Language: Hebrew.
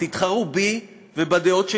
תתחרו בי ובדעות שלי,